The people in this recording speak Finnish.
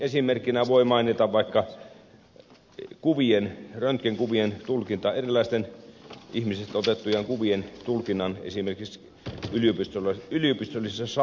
esimerkkinä voi mainita vaikka erilaisten ihmisistä otettujen kuvien tulkinnan esimerkiksi yliopistollisessa sairaalassa